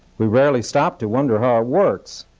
we rarely stop to wonder how it works,